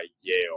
Yale